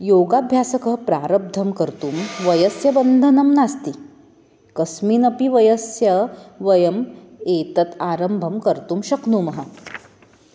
योगाभ्यासकः प्रारब्धं कर्तुं वयस्य बन्धनं नास्ति कस्मिन् अपि वयस्य वयम् एतत् आरम्भं कर्तुं शक्नुमः